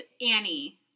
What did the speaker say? Annie